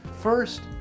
First